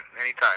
anytime